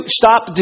stop